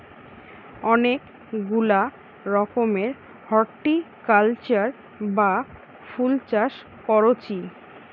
অনেক গুলা রকমের হরটিকালচার বা ফুল চাষ কোরছি